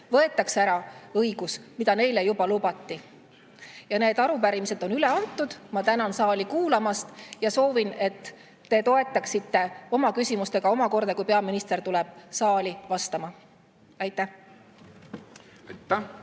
võetakse ära õigus, mida neile juba lubati? Need arupärimised on üle antud. Ma tänan saali kuulamast ja soovin, et te toetaksite [meid] ka oma küsimustega, kui peaminister tuleb saali vastama. Aitäh!